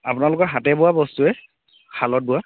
আপোনালোকৰ হাতে বোৱা বস্তুৱে শালত বোৱা